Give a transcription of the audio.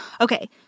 Okay